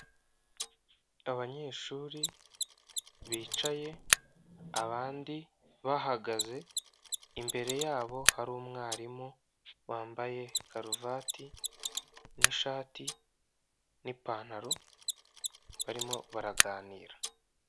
Abanyeshuri bicaye abandi bahagaze imbere yabo hari umwarimu wambaye karuvati n'ishati n'ipantaro barimo baraganira.